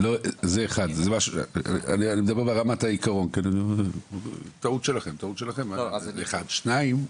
אני מדבר ברמת העיקרון, טעות שלכם, טעות שלכם.